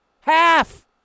half